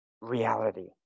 reality